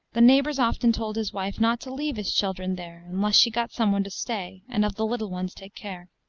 the neighbors often told his wife not to leave his children there, unless she got some one to stay, and of the little ones take care.